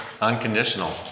Unconditional